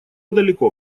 далеко